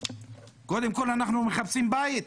קודם כל אנחנו מחפשים בית.